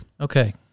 Okay